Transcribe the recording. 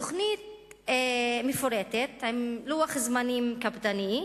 התוכנית מפורטת, עם לוח זמנים קפדני.